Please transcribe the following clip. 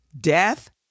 death